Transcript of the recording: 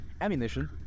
ammunition